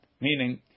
Meaning